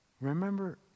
Remember